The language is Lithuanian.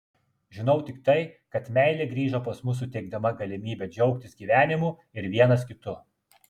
žinau tik tai kad meilė grįžo pas mus suteikdama galimybę džiaugtis gyvenimu ir vienas kitu